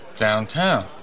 downtown